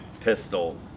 pistol